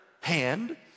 hand